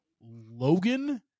Logan